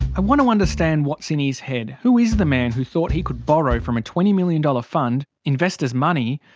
i want to understand what's in his head. who is the man who thought he could borrow from a twenty million dollars fund, investors' money,